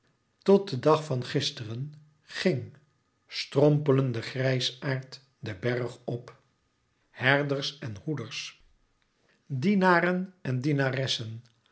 tot den dag van gisteren ging strompelende grijsaard den berg op herders en hoeders dienaren en dienaressen